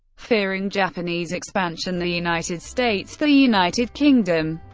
fearing japanese expansion, the united states, the united kingdom,